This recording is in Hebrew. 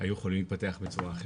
היו יכולים להתפתח בצורה אחרת,